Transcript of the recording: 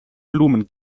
blumen